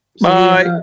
Bye